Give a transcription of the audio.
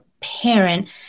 parent –